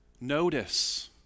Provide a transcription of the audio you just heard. notice